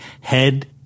head